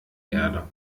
erde